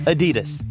Adidas